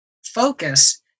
focus